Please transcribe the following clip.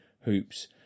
hoops